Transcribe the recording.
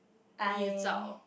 then you zao